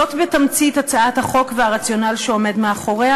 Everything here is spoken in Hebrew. זאת בתמצית הצעת החוק והרציונל שעומד מאחוריה.